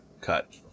cut